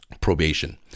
probation